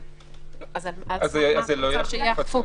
אז איך את רוצה שייאכפו?